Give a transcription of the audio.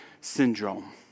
Syndrome